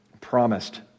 promised